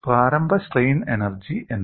പ്രാരംഭ strain energy എന്താണ്